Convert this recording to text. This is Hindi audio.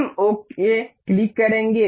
हम ओके क्लिक करेंगे